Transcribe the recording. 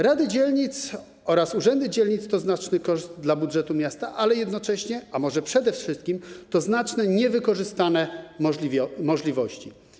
Rady dzielnic oraz urzędy dzielnic to znaczny koszt dla budżetu miasta, ale jednocześnie, a może przede wszystkim, to znaczne niewykorzystane możliwości.